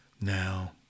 now